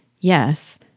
yes